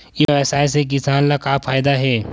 ई व्यवसाय से किसान ला का फ़ायदा हे?